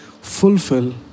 fulfill